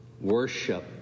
Worship